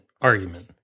argument